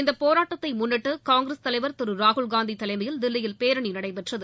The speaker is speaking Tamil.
இப்போராட்டத்தை முன்னிட்டு காங்கிரஸ் தலைவா் திரு ராகுல்காந்தி தலைமையில் தில்லியில் பேரணி நடைபெற்றது